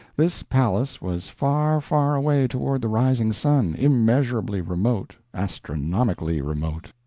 this palace was far, far away toward the rising sun, immeasurably remote, astronomically remote,